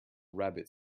rabbit